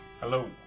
Hello